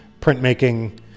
printmaking